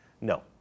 No